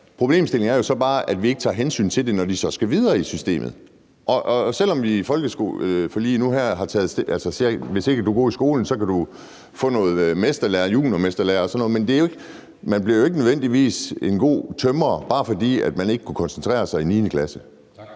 Problemstillingen er så bare, at vi ikke tager hensyn til det, når de så skal videre i systemet. Og selv om vi i folkeskoleforliget nu her har forholdt os til, at hvis ikke du er god i skolen, kan du få noget mesterlære, juniormesterlære og sådan noget, bliver man ikke nødvendigvis en god tømrer, bare fordi man ikke kunne koncentrere sig i 9. klasse.